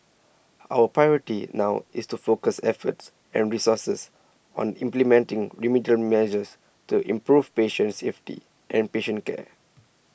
our priority now is to focus efforts and resources on implementing remedial measures to improve patient safety and patient care